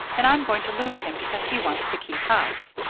and i'm going to lose him because he wants to keep house.